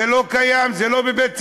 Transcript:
זה לא קיים, לא בבית-ספרי.